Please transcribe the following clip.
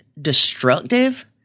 destructive